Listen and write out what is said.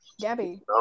Gabby